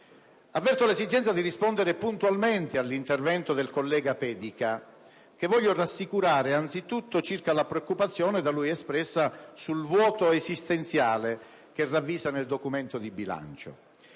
Avverto l'esigenza di rispondere puntualmente all'intervento del collega Pedica, che voglio rassicurare anzitutto circa la preoccupazione da lui espressa sul vuoto esistenziale che ravvisa nel documento di bilancio.